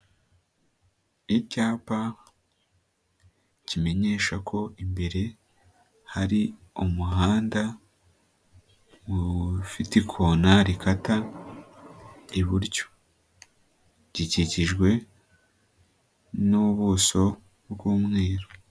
Icyapa kimenyesha ko imbere hari umuhanda ufite ikona rikata iburyo, gikikijwe n'ubuso bw'umweru.